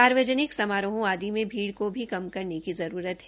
सार्वजनिक समारोहों आदि में भीड़ को भी कम करने की जरूरत है